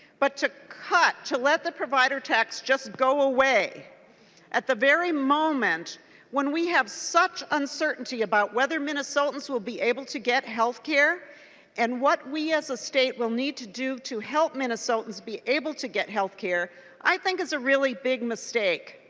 but to cut to let the provider tax it just go away at the very moment when we have such uncertainty about whether minnesotans will be able to get health care and what we as a state will need to do to help minnesotans be able to get health care i think is a really big mistake.